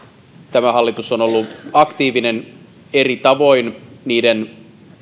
tämä hallitus on ollut aktiivinen eri tavoin niiden